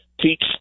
teach